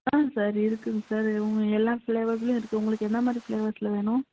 ஆ sir இருக்குதுங் sir எல்லா ஃபிளேவர்லேயும் இருக்குது உங்களுக்கு என்ன மாதிரி ஃபிளேவர்ஸ்சில் வேணும்